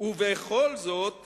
ובכל זאת